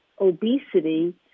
obesity